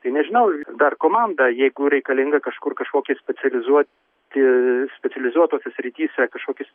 tai nežinau dar komanda jeigu reikalinga kažkur kažkokie specializuoti specializuotose srityse kažkokios